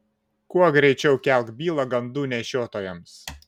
kuo greičiau kelk bylą gandų nešiotojams